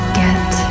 get